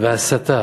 וההסתה